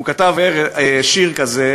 הוא כתב שיר כזה,